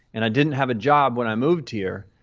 and i didn't have a job when i moved here,